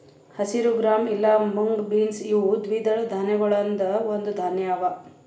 ಹಸಿರು ಗ್ರಾಂ ಇಲಾ mung beans ಇವು ದ್ವಿದಳ ಧಾನ್ಯಗೊಳ್ದಾಂದ್ ಒಂದು ಧಾನ್ಯ ಅವಾ